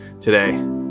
today